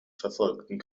verfolgten